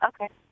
Okay